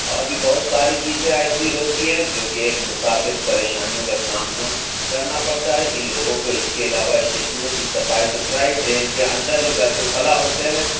اور بھی بہت ساری چیزیں ایسی ہوتی ہیں جو کہ ایک مسافر پریشانیوں كا سامنا كرنا پڑتا ہے اِن لوگوں كو اِس كے علاوہ اسٹیشنوں كی صفائی سُتھرائی ٹرین كے اندر جو بیت الخلا ہوتے ہیں